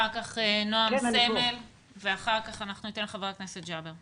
אנחנו לא פותחים.